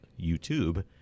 YouTube